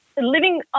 living